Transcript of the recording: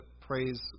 praise